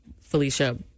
Felicia